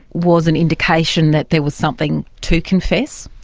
was an indication that there was something to confess.